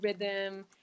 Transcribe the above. rhythm